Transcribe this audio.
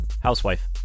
housewife